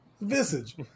Visage